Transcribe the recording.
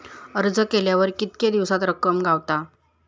अर्ज केल्यार कीतके दिवसात रक्कम गावता?